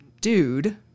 dude